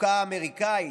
החוקה האמריקאית,